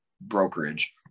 brokerage